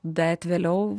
bet vėliau